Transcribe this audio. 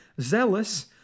zealous